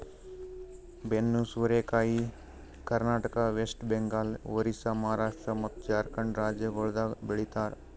ಬೆನ್ನು ಸೋರೆಕಾಯಿ ಕರ್ನಾಟಕ, ವೆಸ್ಟ್ ಬೆಂಗಾಲ್, ಒರಿಸ್ಸಾ, ಮಹಾರಾಷ್ಟ್ರ ಮತ್ತ್ ಜಾರ್ಖಂಡ್ ರಾಜ್ಯಗೊಳ್ದಾಗ್ ಬೆ ಳಿತಾರ್